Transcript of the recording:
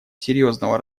серьезного